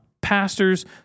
Pastors